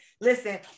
Listen